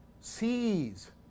sees